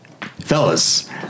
fellas